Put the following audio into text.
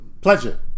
Pleasure